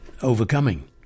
overcoming